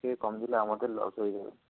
থেকে কম দিলে আমাদের লস হয়ে যাবে